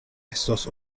estos